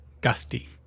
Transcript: gusty